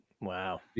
Wow